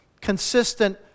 Consistent